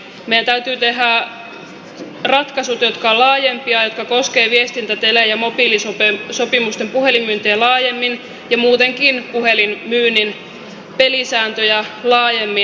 meidän täytyy tehdä ratkaisut jotka ovat laajempia ja jotka koskevat viestintä tele ja mobiilisopimusten puhelinmyyntiä laajemmin ja muutenkin puhelinmyynnin pelisääntöjä laajemmin